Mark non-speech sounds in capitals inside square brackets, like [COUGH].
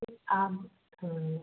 [UNINTELLIGIBLE] अब हाँ